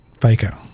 Faker